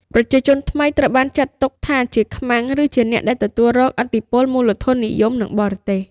ប្រជាជនថ្មីត្រូវបានចាត់ទុកថាជា "ខ្មាំង" ឬជាអ្នកដែលទទួលរងឥទ្ធិពលមូលធននិយម និងបរទេស។